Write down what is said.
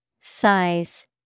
Size